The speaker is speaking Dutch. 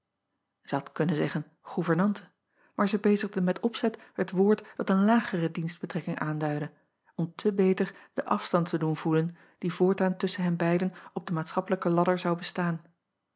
ij had kunnen zeggen gouvernante maar zij bezigde met opzet het woord dat een lagere dienstbetrekking aanduidde om te beter den afstand te doen voelen die voortaan tusschen hen beiden op den maatschappelijken ladder zou bestaan